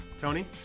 Tony